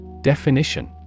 Definition